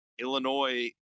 Illinois